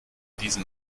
diesen